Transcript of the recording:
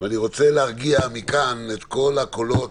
אני רוצה להרגיע מכאן את כל הקולות.